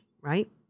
right